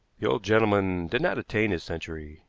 the old gentleman did not attain his century.